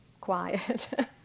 quiet